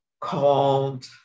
called